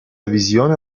visione